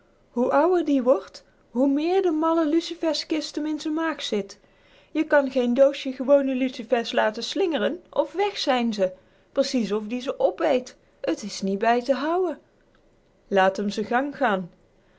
hoe ouwer die wordt hoe meer de malle luciferskist m in z'n maag zit je kan geen doosje gewone lucifers laten slingeren of wèg zijn ze precies of die ze opeet t is niet bij te houen laat m z'n gang gaan